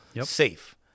safe